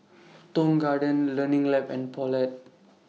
Tong Garden Learning Lab and Poulet